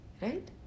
right